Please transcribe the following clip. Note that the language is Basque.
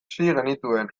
genituen